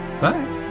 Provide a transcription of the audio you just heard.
Bye